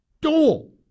Dual